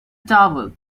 towel